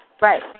Right